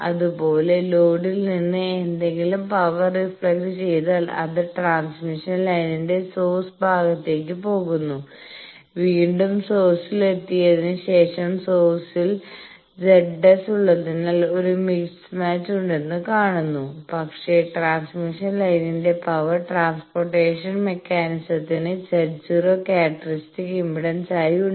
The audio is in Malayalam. അതുപോലെ ലോഡിൽ നിന്ന് ഏതെങ്കിലും പവർ റിഫ്ലക്ട് ചെയ്താൽ അത് ട്രാൻസ്മിഷൻ ലൈനിന്റെ സോഴ്സ് ഭാഗത്തേക്ക് പോകുന്നു വീണ്ടും സോഴ്സിൽ എത്തിയതിന് ശേഷം സോഴ്സിൽ ZS ഉള്ളതിനാൽ ഒരു മിസ്മാച്ച് ഉണ്ടെന്ന് കാണുന്നു പക്ഷേ ട്രാൻസ്മിഷൻ ലൈനിന്റെ പവർ ട്രാൻസ്പോർട്ടേഷൻ മെക്കാനിസത്തിന് Z0 ക്യാരക്ടറിസ്റ്റിക് ഇംപഡൻസ് ആയി ഉണ്ട്